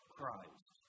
Christ